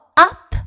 up